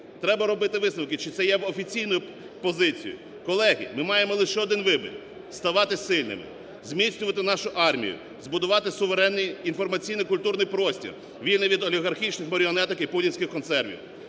Треба робити висновки, чи це є офіційною позицією. Колеги, ми маємо лише один вибір – ставати сильними, зміцнювати нашу армію, збудувати суверенний інформаційно-культурний простір, вільний від олігархічних маріонеток і путінських консервів.